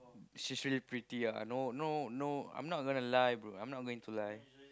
she's really pretty ah no no no I'm not gonna lie bro I'm not going to lie